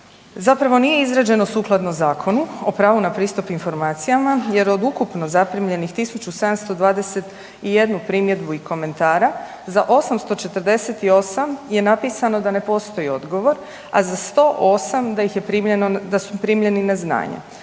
zapravo nije izrađeno sukladno Zakonu o pravu na pristup informacijama jer od ukupno zaprimljenih 1721 primjedbu i komentara za 848 je napisano da ne postoji odgovor, a 108 da su primljeni na znanje.